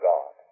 God